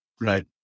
right